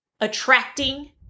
attracting